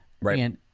Right